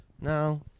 No